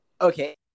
okay